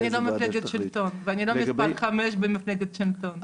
--- אני לא מפלגת השלטון ואני לא מספר 5 במפלגת השלטון.